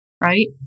right